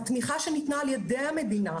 התמיכה שניתנה על ידי המדינה,